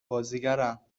بازیگرم